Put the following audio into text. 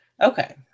okay